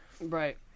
Right